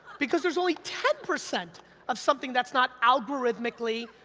because there's only ten percent of something that's not algorithmically,